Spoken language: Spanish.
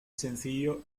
sencillo